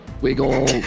Wiggle